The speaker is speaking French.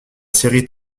série